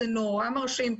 זה נורא מרשים,